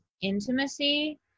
intimacy